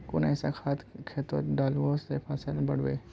कुन ऐसा खाद खेतोत डालबो ते फसल बढ़बे?